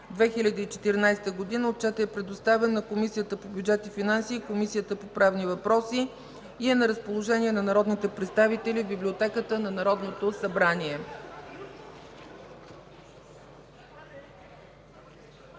2014 г. Отчетът е предоставен на Комисията по бюджет и финанси и Комисията по правни въпроси. На разположение е на народните представители в Библиотеката на Народното събрание.